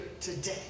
today